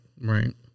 right